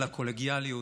על הקולגיאליות,